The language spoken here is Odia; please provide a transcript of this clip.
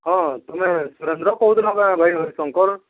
ହଁ ତୁମେ ଶଙ୍କର